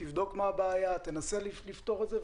תמצא את הבעיה ותנסה לפתור אותם.